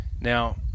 now